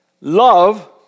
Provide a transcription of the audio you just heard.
love